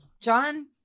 John